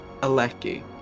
Aleki